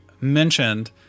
mentioned